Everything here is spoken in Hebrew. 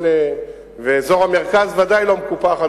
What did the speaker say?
אזור המרכז בוודאי לא מקופח,